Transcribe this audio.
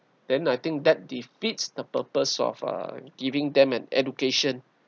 then I think that defeats the purpose of uh giving them an education